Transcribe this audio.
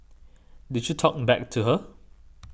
did you talk back to her